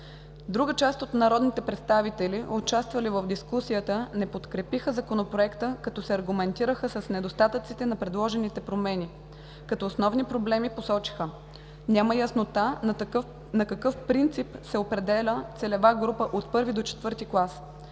Друга част от народните представители, участвали в дискусията, не подкрепиха Законопроекта, като се аргументираха с недостатъците на предложените промени. Като основни проблеми посочиха че: няма яснота на какъв принцип се определя целева група от първи до четвърти клас.